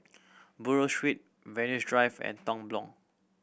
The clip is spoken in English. Buroh Street Venus Drive and Tong